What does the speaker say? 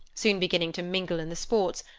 soon beginning to mingle in the sports,